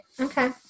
okay